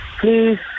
Please